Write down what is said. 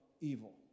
evil